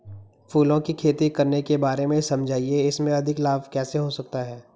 फूलों की खेती करने के बारे में समझाइये इसमें अधिक लाभ कैसे हो सकता है?